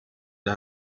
del